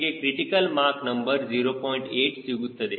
8 ಸಿಗುತ್ತದೆ